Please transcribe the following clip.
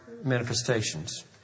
manifestations